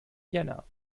jänner